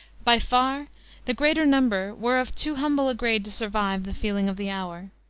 by far the greater number were of too humble a grade to survive the feeling of the hour.